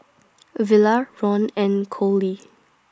Villa Ron and Coley